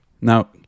now